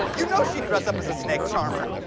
you know she'd dress up as a snake charmer.